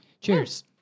Cheers